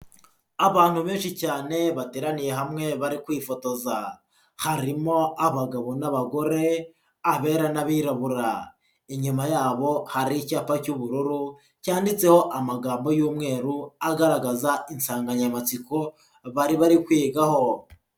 Abantu benshi cyane bateraniye hamwe bari kwifotoza harimo abagabo n'abagore abera n'abirabura, inyuma yabo hari icyapa cy'ubururu cyanditseho amagambo y'umweru agaragaza insanganyamatsiko bari bari kwigaho.